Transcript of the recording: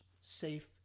safe